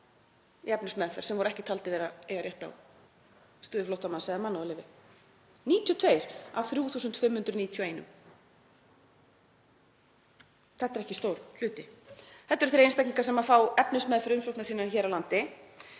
efnismeðferð sem voru ekki taldir eiga rétt á stöðu flóttamanns eða mannúðarleyfi, 92 af 3.591. Þetta er ekki stór hluti. Þetta eru þeir einstaklingar sem fá efnismeðferð umsóknar sinnar hér á landi.